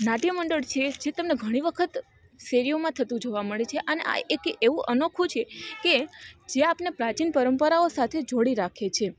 નાટ્યમંડળ છે જે તમને ઘણી વખત શેરીઓમાં થતું જોવા મળે છે અને આ એક એવું અનોખું છે કે જે પ્રાચીન પરંપરાઓ સાથે જોડી રાખે છે